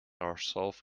herself